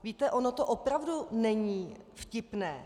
Víte, ono to opravdu není vtipné.